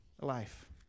life